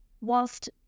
whilst